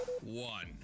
one